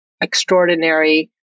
extraordinary